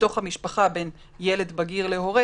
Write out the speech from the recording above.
בתוך המשפחה בין ילד בגיר להורה,